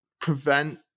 prevent